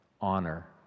honor